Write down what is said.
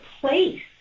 place